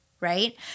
right